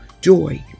joy